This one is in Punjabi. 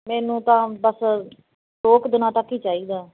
ਮੈਨੂੰ ਤਾਂ ਬਸ ਦੋ ਕੁ ਦਿਨਾਂ ਤੱਕ ਹੀ ਚਾਹੀਦਾ